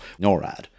NORAD